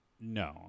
No